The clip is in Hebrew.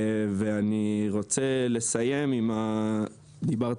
אני רוצה לסיים עם האמירה,